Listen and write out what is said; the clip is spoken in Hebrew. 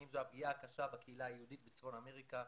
האם זו הפגיעה הקשה בקהילה היהודית בצפון אמריקה,